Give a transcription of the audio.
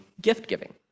gift-giving